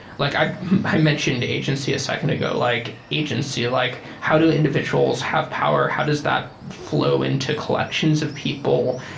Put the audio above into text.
like i i mentioned agency a second ago. like agency, like how do individuals have power? how does that flow into collections of people?